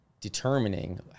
determining